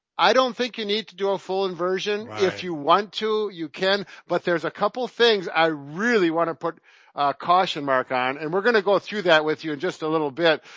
i don't think you need to do a full inversion. if you want to you can, but there's a couple of things, i really want to put a caution mark on, and we're going to go through that with you in just a little bit.